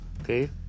Okay